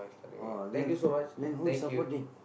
orh then then who is supporting